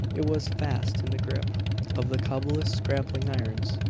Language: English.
it was fast in the grip of the cobulus's grappling-irons!